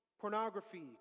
pornography